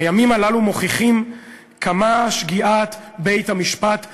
הימים הללו מוכיחים כמה שגיאת בית-המשפט העליון,